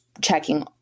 checking